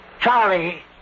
Charlie